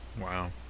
Wow